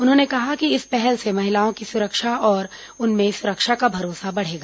उन्होंने कहा कि इस पहल से महिलाओं की सुरक्षा और उनमें सुरक्षा का भरोसा बढ़ेगा